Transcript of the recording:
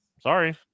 Sorry